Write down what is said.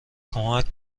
کمک